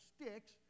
sticks